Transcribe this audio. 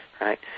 right